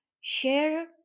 share